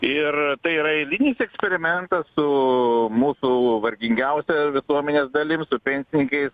ir tai yra eilinis eksperimentas su mūsų vargingiausia visuomenės dalim su pensininkais